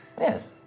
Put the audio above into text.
Yes